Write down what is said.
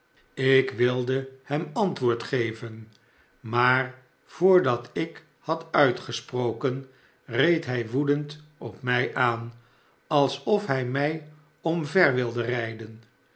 ik wilde hem antwoord geven maar voordat ik had uitgesproken reed hij woedend op mij aan alsof hij mij omver wilde rijden